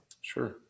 Sure